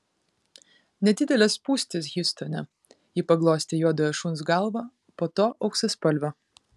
nedidelės spūstys hjustone ji paglostė juodojo šuns galvą po to auksaspalvio